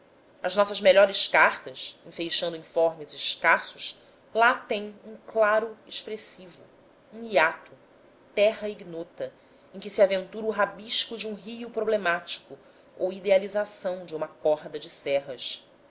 as nossas melhores cartas enfeixando informes escassos lá têm um claro expressivo um hiato terra ignota em que se aventura o rabisco de um rio problemático ou idealização de uma corda de serras